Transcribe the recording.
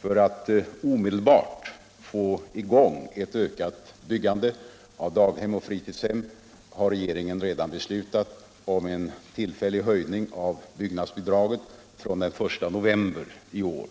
För att omedelbart få i gång ett ökat byggande av daghem och fritidshem har regeringen redan beslutat om en tillfällig höjning av byggnadsbidraget från den 1 november i år.